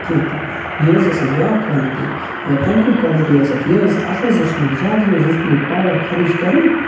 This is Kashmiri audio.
کینٛہہ تہِ یہِ حظ ٲس اَتھ بیاکھ کالِٹی مگر تَمہِ کھۄتہٕ کالِٹی ٲس اَتھ یہِ حظ اَتھ حظ اوس نہٕ زیادٕ حظ اوس نہٕ یہِ پاوَر خَرٕچ کَران